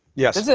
yes. yeah